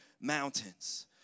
mountains